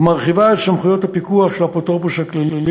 ומרחיבה את סמכויות הפיקוח של האפוטרופוס הכללי,